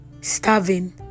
starving